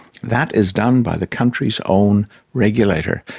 that is done by the country's own regulator,